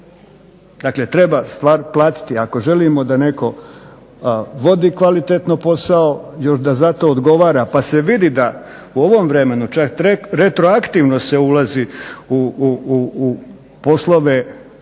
Dakle, treba stvar platiti. Dakle, ako želimo da netko vodi kvalitetno posao još da za to odgovara pa se vidi da u ovom vremenu čak retroaktivno se ulazi u poslove